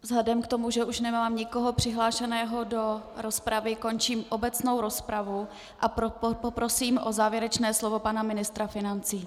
Vzhledem k tomu, že už nemám nikoho přihlášeného do rozpravy, končím obecnou rozpravu a poprosím o závěrečné slovo pana ministra financí.